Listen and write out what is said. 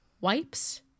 wipes